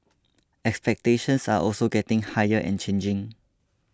expectations are also getting higher and changing